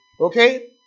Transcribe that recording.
Okay